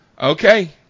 okay